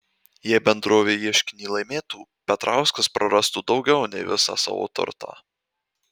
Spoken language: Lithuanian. jei bendrovė ieškinį laimėtų petrauskas prarastų daugiau nei visą savo turtą